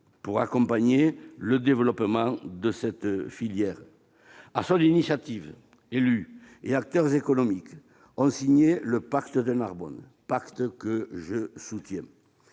à accompagner le développement de cette filière. Sur son initiative, élus et acteurs économiques ont signé le pacte de Narbonne, que je soutiens.